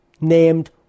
named